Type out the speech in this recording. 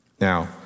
Now